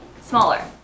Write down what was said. Smaller